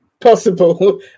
possible